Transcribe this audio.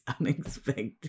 unexpected